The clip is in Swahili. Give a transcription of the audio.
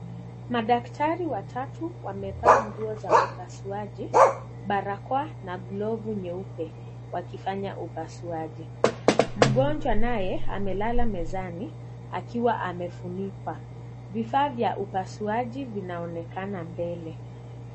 Madaktari watatu wamevaa nguo za upasuaji barakoa na glovu nyeupe wakifanya upasuaji, mgonjwa naye amelala mezani akiwa amefunikwa, vifaa vya upasuaji vinaonekana mbele.